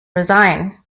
resign